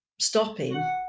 stopping